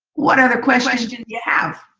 what other questions do you have?